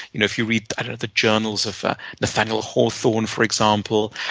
you know if you read the journals of nathaniel hawthorne, for example,